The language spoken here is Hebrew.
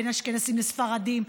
בין אשכנזים לספרדים,